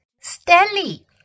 Stanley